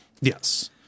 yes